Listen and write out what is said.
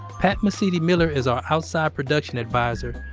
pat mesiti-miller is our outside production adviser.